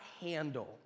handle